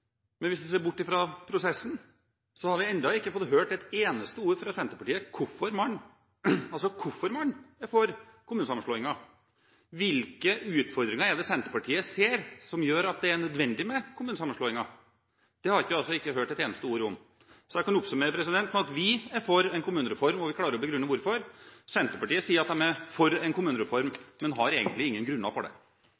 Men hvis man ser bort fra prosessen, har vi ennå ikke hørt et eneste ord fra Senterpartiet om hvorfor man er for kommunesammenslåinger. Hvilke utfordringer er det Senterpartiet ser som gjør at det er nødvendig med kommunesammenslåinger? Det har vi ikke hørt et eneste ord om. Så jeg kan oppsummere med at vi er for en kommunereform, og vi klarer å begrunne hvorfor. Senterpartiet sier at de er for en kommunereform,